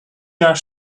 jaar